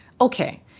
Okay